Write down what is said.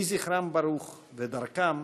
יהי זכרם ברוך, ודרכם